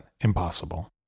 impossible